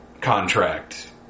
contract